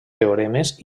teoremes